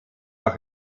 auch